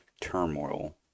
turmoil